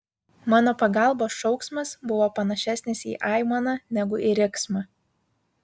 mano pagalbos šauksmas buvo panašesnis į aimaną negu į riksmą